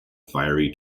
fiery